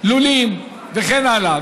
לולים וכן הלאה.